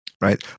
Right